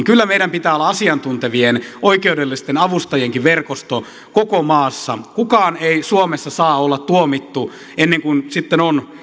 kyllä meillä pitää olla asiantuntevien oikeudellisten avustajienkin verkosto koko maassa kukaan ei suomessa saa olla tuomittu ennen kuin sitten on